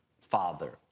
father